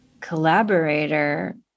collaborator